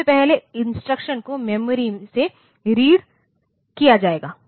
सबसे पहले इंस्ट्रक्शन को मेमोरी से रीड किया जाएगा